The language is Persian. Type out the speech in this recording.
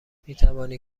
میتوانی